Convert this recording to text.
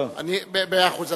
מאה אחוז.